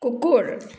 কুকুৰ